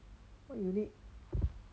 what you need